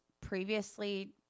previously